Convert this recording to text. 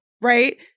right